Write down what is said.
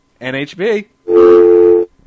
NHB